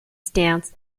stance